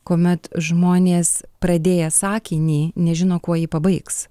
kuomet žmonės pradėję sakinį nežino kuo jį pabaigs